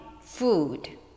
food